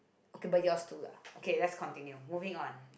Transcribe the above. okay but yours too lah okay let's continue moving on